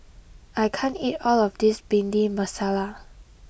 I can't eat all of this Bhindi Masala